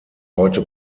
heute